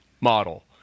model